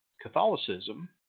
Catholicism